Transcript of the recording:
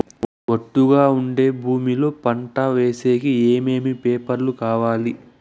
ఒట్టుగా ఉండే భూమి లో పంట వేసేకి ఏమేమి పేపర్లు కావాలి?